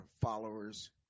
followers